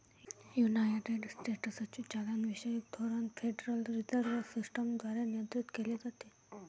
United स्टेट्सचे चलनविषयक धोरण फेडरल रिझर्व्ह सिस्टम द्वारे नियंत्रित केले जाते